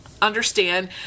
understand